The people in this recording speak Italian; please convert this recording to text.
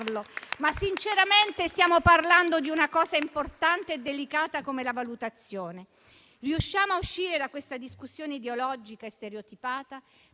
Ma sinceramente stiamo parlando di una cosa importante e delicata come la valutazione. Riusciamo a uscire da questa discussione ideologica e stereotipata?